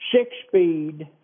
six-speed